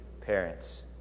parents